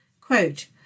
Quote